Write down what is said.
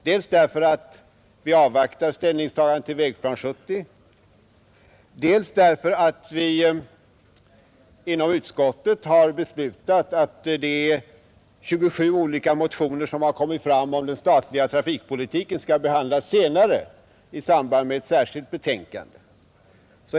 Dels avvaktar vi ställningstagandet till Vägplan 1970, dels har vi inom utskottet beslutat att de 27 olika motioner som kommit fram om den statliga trafikpolitiken skall behandlas senare i samband med ett särskilt betänkande.